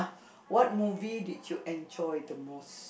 what movie did you enjoy the most